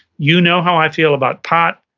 you know how i feel about pot,